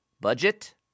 budget